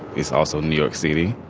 it's also new york city.